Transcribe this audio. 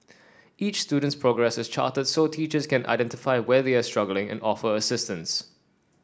each student's progress is charted so teachers can identify where they are struggling and offer assistance